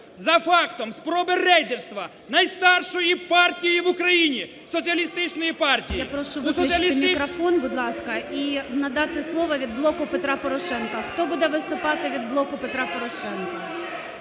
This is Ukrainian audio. за фактом спроби рейдерства найстаршої партії в Україні Соціалістичної партії.